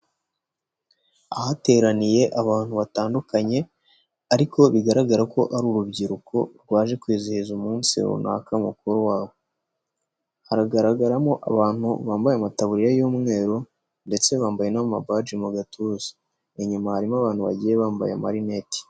Ahateraniye abantu batandukanye ariko bigaragara ko ari urubyiruko rwaje kwizihiza umunsi runaka mukuru wabo, haragaragaramo abantu bambaye amataburiya y'umweru ndetse bambaye n'amabaji mu gatuza, inyuma harimo abantu bagiye bambaye amarineti.